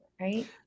right